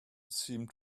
seemed